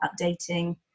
updating